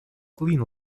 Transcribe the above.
clean